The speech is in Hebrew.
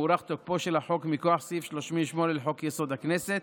הוארך תוקפו של החוק מכוח סעיף 38 לחוק-יסוד: הכנסת